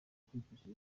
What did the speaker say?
kwifashishwa